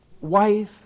wife